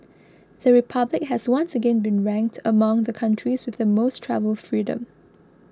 the republic has once again been ranked among the countries with the most travel freedom